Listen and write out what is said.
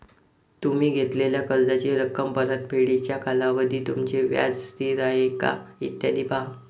तुम्ही घेतलेल्या कर्जाची रक्कम, परतफेडीचा कालावधी, तुमचे व्याज स्थिर आहे का, इत्यादी पहा